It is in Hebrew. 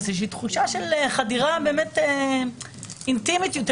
תחושה של חדירה אינטימית יותר,